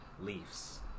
leaves